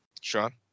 Sean